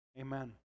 Amen